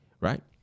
Right